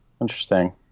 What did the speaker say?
Interesting